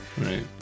Right